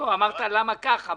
אמרת למה ככה.